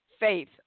faith